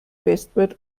bestwert